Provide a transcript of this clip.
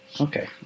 Okay